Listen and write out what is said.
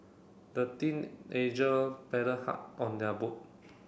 the teenager paddled hard on their boat